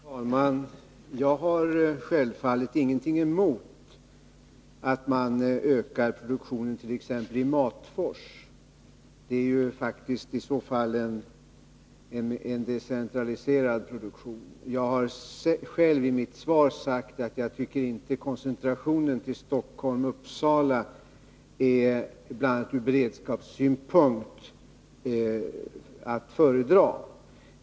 Herr talman! Jag har självfallet ingenting emot att man ökar produktionen t.ex. i Matfors. Det är ju faktiskt i så fall en decentraliserad produktion. Jag har själv i mitt svar sagt att jag inte tycker koncentrationen till Stockholm och Uppsala, bl.a. från beredskapssynpunkt, är att föredra.